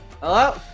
hello